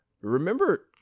remember